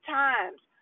times